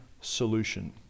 solution